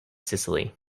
sicily